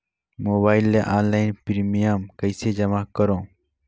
Mobile ले online premium कइसे जमा करों?